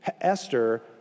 Esther